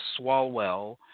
Swalwell